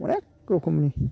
अनेक रोखोमनि